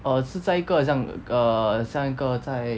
err 是在一个很像 err 像一个在